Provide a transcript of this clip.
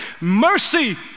mercy